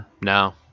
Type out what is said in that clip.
No